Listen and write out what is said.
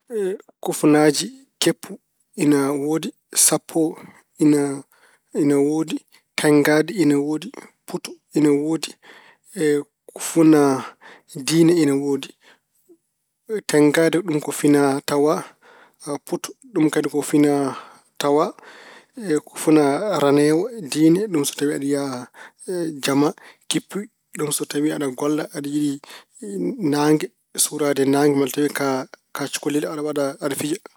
Kufunaaji keppu ina woodi, sappoo ina woodi, tenngaade ina woodi, puto ina woodi, kufuna diine ina woodi. tenngaade, ɗum ko finaatawaa, puto ɗum kadi ko finaatawaa. Kufuna raneewa, diine, ɗum so tawi aɗa yaha jama. Keppi so tawi aɗa golla, aɗa yiɗi naange- suraade e naange malla tawi ko a cukalel, aɗa waɗa-, aɗa fija.